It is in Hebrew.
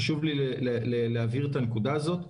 חשוב לי להבהיר את הנקודה הזו.